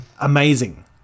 amazing